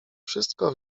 wszystko